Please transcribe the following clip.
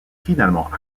finalement